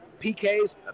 PKs